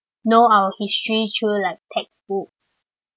know our history through like textbooks